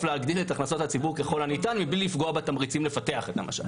ולהגדיל את הכנסות הציבור ממנו מבלי לפגוע בתמריצים לפתח את המשאב.